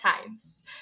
times